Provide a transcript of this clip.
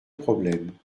problème